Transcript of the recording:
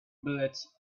bullets